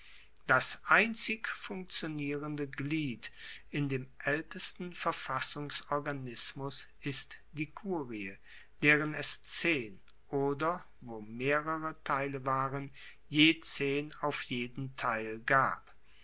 das einzig funktionierende glied in dem aeltesten verfassungsorganismus ist die kurie deren es zehn oder wo mehrere teile waren je zehn auf jeden teil gab